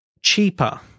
cheaper